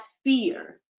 fear